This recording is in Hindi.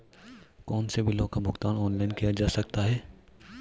कौनसे बिलों का भुगतान ऑनलाइन किया जा सकता है?